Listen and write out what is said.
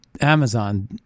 Amazon